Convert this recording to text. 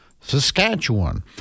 Saskatchewan